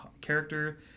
character